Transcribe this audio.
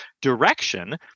direction